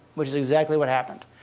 which is exactly what happened.